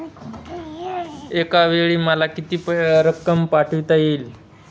एकावेळी मला किती रक्कम पाठविता येईल?